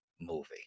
movie